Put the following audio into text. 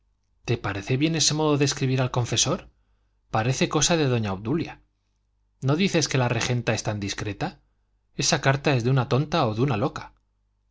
te parece bien ese modo de escribir al confesor parece cosa de doña obdulia no dices que la regenta es tan discreta esa carta es de una tonta o de una loca